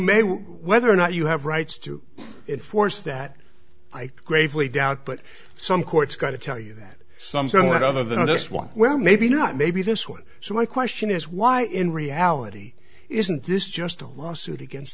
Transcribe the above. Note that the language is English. may whether or not you have rights to enforce that i gravely doubt but some court's going to tell you that some somewhere other than this one well maybe not maybe this one so my question is why in reality isn't this just a lawsuit against